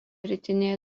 rytinėje